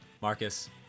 Marcus